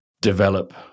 develop